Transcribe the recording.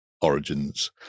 Origins